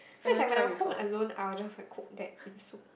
so it's like when I'm home alone I will just like cook that in soup